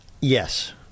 Yes